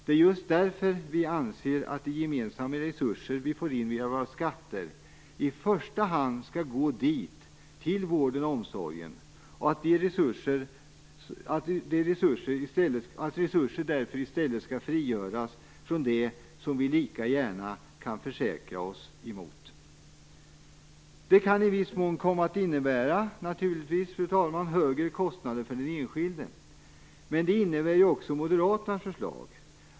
Det är just därför vi anser att de gemensamma resurser vi får in via våra skatter i första hand skall gå till vården och omsorgen och frigöras från det som vi lika gärna kan försäkra oss mot. Det kan naturligtvis i viss mån komma att innebära högre kostnader för den enskilde. Men det gör ju också Moderaternas förslag.